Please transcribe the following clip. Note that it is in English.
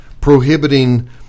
prohibiting